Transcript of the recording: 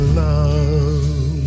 love